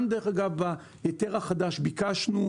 גם בהיתר החדש ביקשנו,